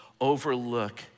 overlook